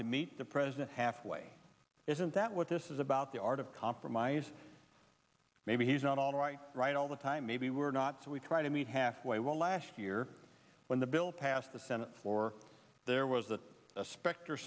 to meet the president halfway isn't that what this is about the art of compromise maybe he's not all right right all the time maybe we're not so we try to meet halfway well last year when the bill passed the senate floor there was that specter